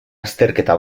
azterketa